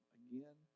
again